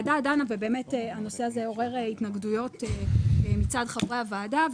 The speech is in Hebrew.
הנושא הזה עורר התנגדויות מצד חברי הוועדה,